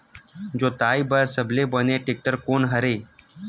जोताई बर सबले बने टेक्टर कोन हरे?